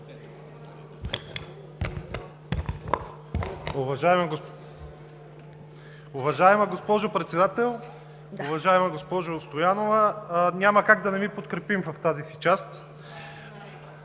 Уважаема госпожо Председател! Уважаема госпожо Стоянова, няма как да не Ви подкрепим в тази си част.